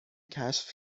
کشف